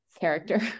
character